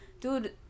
dude